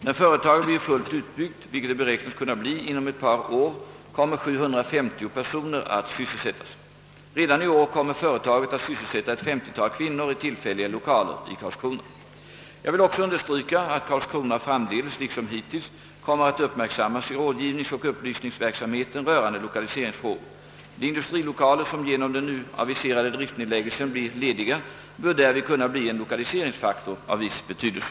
När företaget blir fullt utbyggt, vilket det beräknas kunna bli inom ett par år, kommer 750 personer att sysselsättas. Redan i år kommer företaget att sysselsätta ett 50 tal kvinnor i tillfälliga lokaler i Karlskrona. Jag vill också understryka att Karlskrona framdeles liksom hittills kommer att uppmärksammas i rådgivningsoch upplysningsverksamheten rörande lokaliseringsfrågor. De industrilokaler som genom den nu aviserade driftnedläggelsen blir lediga bör därvid kunna bli en lokaliseringsfaktor av viss betydelse.